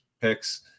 picks